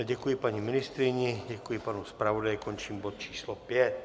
Děkuji paní ministryni, děkuji panu zpravodaji, končím bod číslo 5.